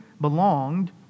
belonged